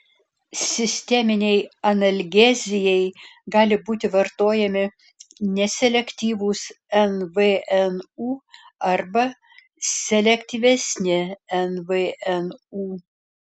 sisteminei analgezijai gali būti vartojami neselektyvūs nvnu arba selektyvesni nvnu